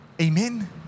Amen